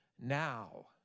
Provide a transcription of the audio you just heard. now